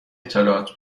اطلاعات